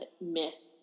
myth